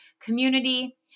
community